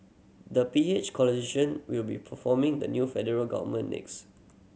the P H coalition will be forming the new federal government next